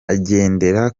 agendera